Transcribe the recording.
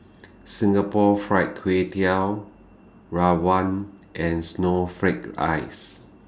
Singapore Fried Kway Tiao Rawon and Snowflake Ice